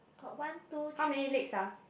got one two three